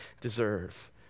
deserve